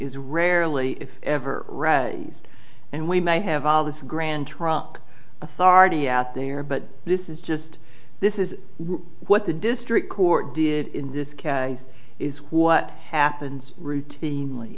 is rarely if ever read these and we may have all this grand trunk authority out there but this is just this is what the district court did in this case is what happens routinely